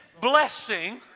blessing